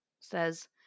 says